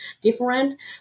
different